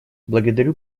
благодарю